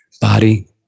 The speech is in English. body